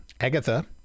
agatha